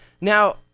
Now